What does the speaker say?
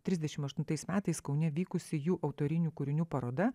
trisdešim aštuntais metais kaune vykusi jų autorinių kūrinių paroda